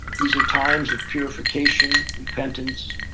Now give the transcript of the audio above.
these are times of purification, repentance,